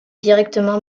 directement